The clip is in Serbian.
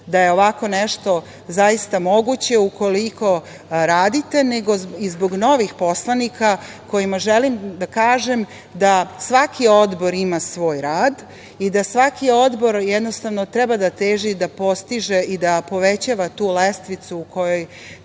da je ovako nešto zaista moguće ukoliko radite, nego i zbog novih poslanika kojima želim da kažem da svaki odbor ima svoj rad i da svaki odbor jednostavno treba da teži, da postiže i da povećava tu lestvicu u kojoj